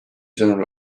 sõnul